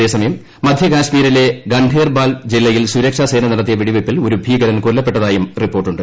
അതേസമയം മധ്യകാശ്മീരിലെ ഗന്ധേർബാൽ ജില്ലയിൽ സുരക്ഷാസേന നടത്തിയ വെടിവയ്പിൽ ഒരു ഭീകരൻ കൊല്ലപ്പെട്ടതായും റിപ്പോർട്ടുണ്ട്